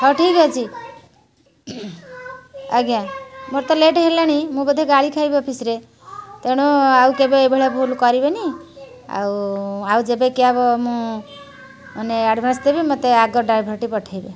ହଉ ଠିକ୍ ଅଛି ଆଜ୍ଞା ମୋର ତ ଲେଟ୍ ହେଲାଣି ମୁଁ ବୋଧେ ଗାଳି ଖାଇବି ଅଫିସରେ ତେଣୁ ଆଉ କେବେ ଏଇଭଳିଆ ଭୁଲ କରିବେନି ଆଉ ଆଉ ଯେବେ କ୍ୟାବ୍ ମୁଁ ମାନେ ଆଡ଼ଭାନ୍ସ ଦେବି ମତେ ଆଗ ଡ୍ରାଇଭର୍ଟି ପଠାଇବେ